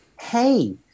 hey